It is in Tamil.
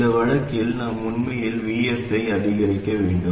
அந்த வழக்கில் நாம் உண்மையில் Vs ஐ அதிகரிக்க வேண்டும்